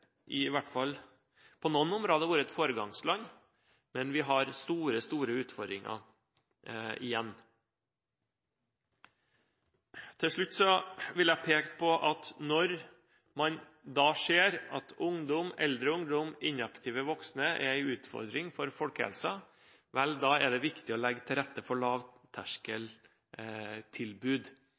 i hvert fall på noen områder vært et foregangsland, men vi har store utfordringer igjen. Til slutt vil jeg peke på at når man ser at eldre ungdom og inaktive voksne er en utfordring for folkehelsa, er det viktig å legge til rette for lavterskeltilbud,